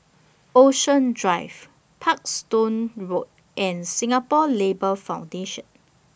Ocean Drive Parkstone Road and Singapore Labour Foundation